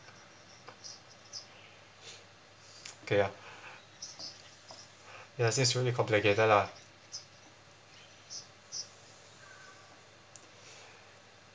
okay ah yes it's really complicated lah